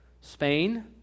Spain